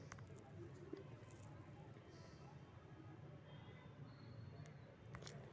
आम, नारियल, कटहल और सब के पौधवन सालो साल फल देते रहा हई